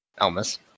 Elmas